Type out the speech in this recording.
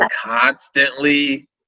constantly